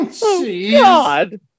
God